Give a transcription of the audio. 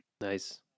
Nice